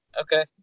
Okay